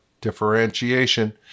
differentiation